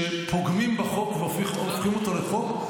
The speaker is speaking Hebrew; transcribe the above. שפוגמים בחוק והופכים אותו לחוק,